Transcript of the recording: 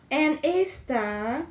and A star